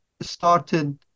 started